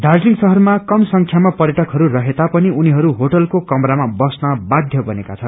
दार्जालिङ शहरमा कम संख्यामा पर्यटकहरू रहे तापनि उनीहरू होटलको कमारामा बस्न बाध्य बनेका छन्